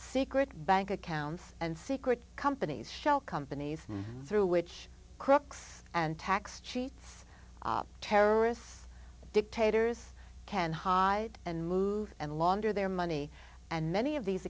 secret bank accounts and secret companies shell companies through which crooks and tax cheats terrorists dictators can hide and move and longer their money and many of these